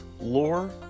lore